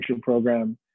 program